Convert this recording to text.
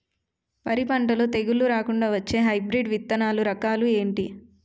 వరి పంటలో తెగుళ్లు రాకుండ వచ్చే హైబ్రిడ్ విత్తనాలు రకాలు ఏంటి?